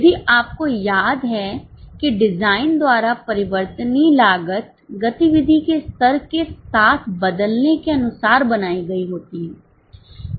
यदि आपको याद है कि डिज़ाइन द्वारा परिवर्तनीय लागत गतिविधि के स्तर के साथ बदलने के अनुसार बनाई गई होती है